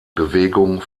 bewegung